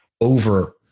over